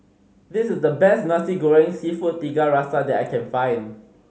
this is the best Nasi Goreng Seafood Tiga Rasa that I can find